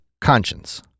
conscience